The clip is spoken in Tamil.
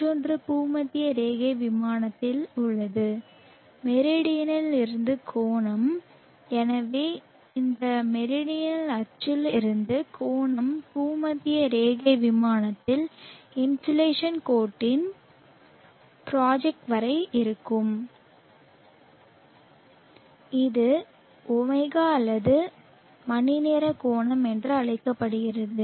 மற்றொன்று பூமத்திய ரேகை விமானத்தில் உள்ளது மெரிடியனில் இருந்து கோணம் எனவே இந்த மெரிடல் அச்சில் இருந்து கோணம் பூமத்திய ரேகை விமானத்தில் இன்சோலேஷன் கோட்டின் ப்ராஜெக்ட் வரை இருக்கும் இது ω அல்லது மணிநேர கோணம் என்று அழைக்கப்படுகிறது